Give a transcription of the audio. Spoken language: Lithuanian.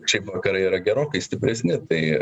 šiaip vakarai yra gerokai stipresni tai